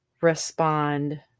respond